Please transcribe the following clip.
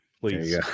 Please